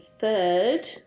third